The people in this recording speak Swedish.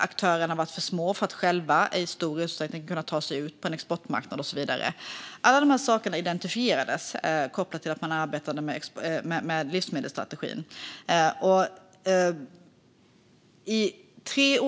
Aktörerna har varit för små för att själva i någon större utsträckning kunna ta sig ut på en exportmarknad och så vidare. Alla de här sakerna identifierades kopplat till att man arbetade med livsmedelsstrategin.